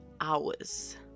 hours